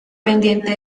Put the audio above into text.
pendiente